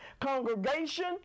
congregation